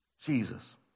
Jesus